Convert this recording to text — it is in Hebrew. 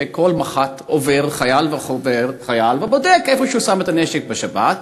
שכל מח"ט עובר כל חייל ובודק איפה הוא שם את הנשק בשבת.